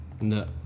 No